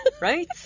Right